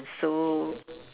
so